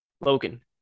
logan